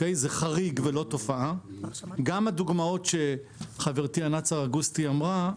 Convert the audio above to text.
גם הדוגמאות שחברתי ענת סרגוסטי אמרה,